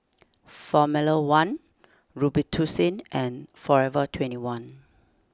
formula one Robitussin and forever twenty one